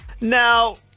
Now